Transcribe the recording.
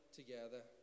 together